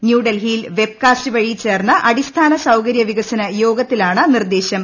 ന്യൂഡൽഹിയിൽ വെബ്കാസ്റ്റ് വഴി ചേർന്ന അടിസ്ഥാന സൌകര്യ വികസന യോഗത്തിലാണ് നിർദേശം